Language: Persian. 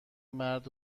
مرد